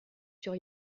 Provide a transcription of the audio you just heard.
sur